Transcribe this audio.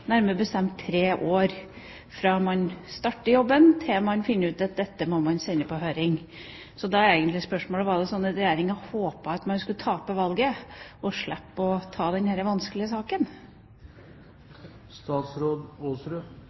nærmere bestemt tre år – fra man startet jobben, til man fant ut at dette må man sende på høring? Så det egentlige spørsmålet er: Var det sånn at Regjeringa håpet at man skulle tape valget og slippe å ta denne vanskelige saken?